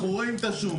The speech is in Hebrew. אנחנו רואים את השום.